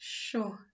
sure